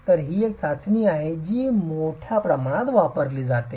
तर ही एक चाचणी आहे जी मोठ्या प्रमाणात वापरली जाते